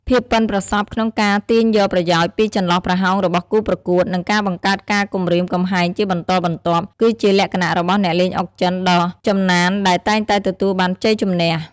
ភាពប៉ិនប្រសប់ក្នុងការទាញយកប្រយោជន៍ពីចន្លោះប្រហោងរបស់គូប្រកួត និងការបង្កើតការគំរាមកំហែងជាបន្តបន្ទាប់ គឺជាលក្ខណៈរបស់អ្នកលេងអុកចិនដ៏ចំណានដែលតែងតែទទួលបានជ័យជម្នះ។